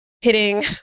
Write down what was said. hitting